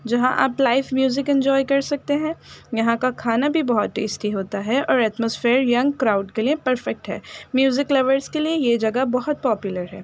جہاں آپ life music enjoy کر سکتے ہیں یہاں کا کھانا بھی بہت ٹیسٹی ہوتا ہے اور ایٹماسفیئر ینگ کراؤڈ کے لیے پرفیکٹ ہے میوزک لورس کے لیے یہ جگہ بہت پاپولر ہے